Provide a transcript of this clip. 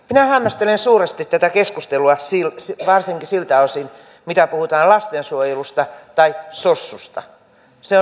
minä hämmästelen suuresti tätä keskustelua varsinkin siltä osin mitä puhutaan lastensuojelusta tai sossusta